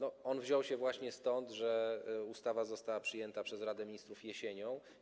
On wziął się właśnie stąd, że projekt ustawy został przyjęty przez Radę Ministrów jesienią.